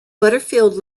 butterfield